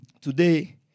today